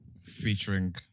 Featuring